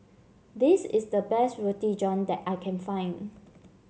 this is the best Roti John that I can find